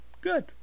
good